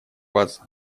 вас